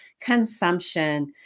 consumption